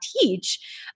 teach